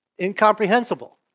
incomprehensible